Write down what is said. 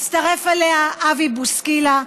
הצטרף אליה אבי בוסקילה,